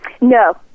No